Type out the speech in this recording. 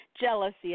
jealousy